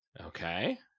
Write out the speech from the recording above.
Okay